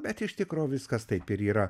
bet iš tikro viskas taip ir yra